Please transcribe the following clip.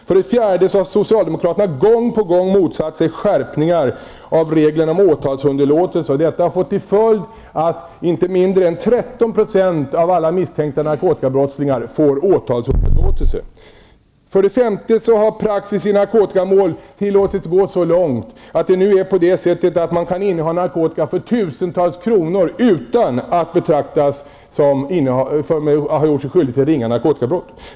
För det fjärde har socialdemokraterna gång på gång motsatt sig skärpningar av reglerna om åtalsunderlåtelse. Detta har fått till följd att inte mindre än 13 % av alla misstänkta narkotikabrottslingar får åtalsunderlåtelse. För det femte har praxis i narkotikamål tillåtits gå så långt att det nu är på det sättet att man kan inneha narkotika för tusentals kronor utan att anses ha gjort sig skyldig till ringa narkotikabrott.